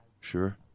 sure